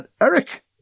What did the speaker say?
Eric